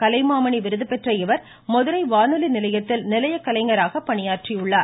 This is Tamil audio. கலைமாமணி விருதுபெற்ற இவர் மதுரை வானொலி நிலையத்தில் நிலைய கலைஞராக பணியாற்றி உள்ளார்